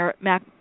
Mac